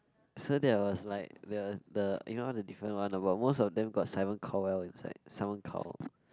so there was like the the you know the different one about most of them got Simon-Cowell inside Simon-Cowell